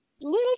little